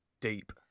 Deep